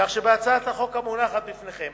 כך שבהצעת החוק המונחת לפניכם